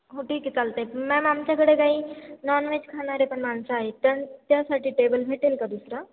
हो ठीक आहे चालतं आहे मॅम आमच्याकडे काही नॉनव्हेज खाणारे पण माणसं आहेत त्या त्यासाठी टेबल भेटेल का दुसरा